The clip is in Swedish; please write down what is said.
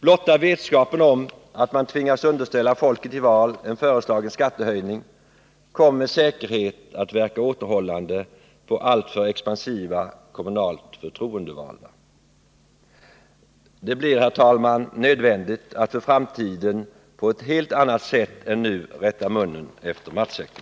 Blotta vetskapen om att man tvingas underställa folket i valen föreslagen skattehöjning kommer med säkerhet att verka återhållande på alltför expansiva kommunalt förtroendevalda. Det blir, herr talman, nödvändigt att för framtiden på ett helt annat sätt än nu rätta munnen efter matsäcken.